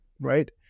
right